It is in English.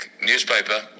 newspaper